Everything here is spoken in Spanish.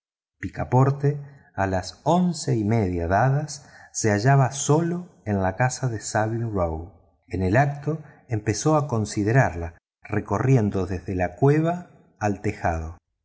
picaporte a las once y media dadas se hallaba solo en la casa de sara se ausentaba no podía sino considerarla recorriendo desde la cueva al tejado